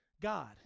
God